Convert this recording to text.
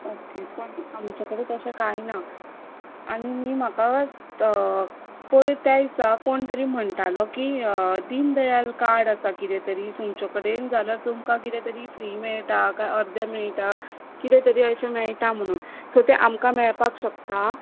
okay पण आमचे कडेन तशे काय ना आनी न्ही म्हाका त पयर त्या दिसा कोण म्हणटालो कि दिन दयाल कार्ड आसा किते तरी तुमचे कडेन जाल्यार तूमकां किते तरी फ्रि मेळटा काय अर्दे मेळटा